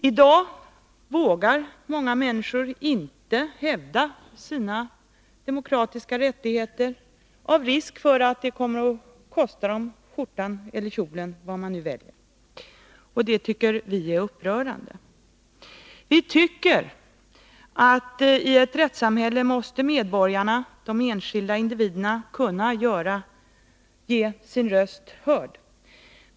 I dag vågar många människor inte hävda sina demokratiska rättigheter av risk för att det kommer att kosta dem skjortan eller kjolen. Det tycker vi är upprörande. Vi tycker att i ett rättssamhälle måste medborgarna, de enskilda individerna, kunna göra sina röster hörda.